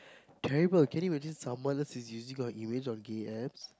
terrible can you imagine someone just using your image on gay apps